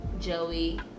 Joey